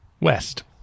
West